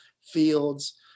fields